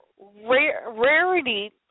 rarity